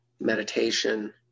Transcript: Meditation